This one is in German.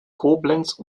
koblenz